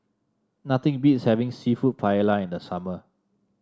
nothing beats having seafood Paella in the summer